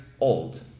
old